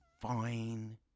fine